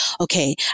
Okay